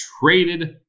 traded